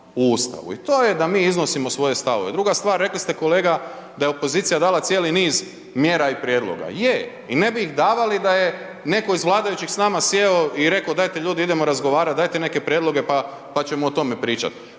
u Ustavu i to je da mi iznosimo svoje stavove. Druga stvar, rekli ste kolega da je opozicija dala cijeli niz mjera i prijedloga. Je i ne bi ih davali da je neko iz vladajućeg s nama sjeo i reko dajte ljudi idemo razgovarat, dajte neke prijedloge, pa, pa ćemo o tome pričat.